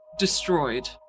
destroyed